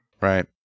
Right